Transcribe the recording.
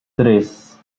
tres